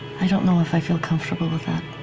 i don't know if i feel comfortable with that.